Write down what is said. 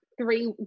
three